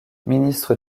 ministre